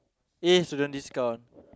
yay student discount